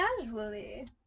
Casually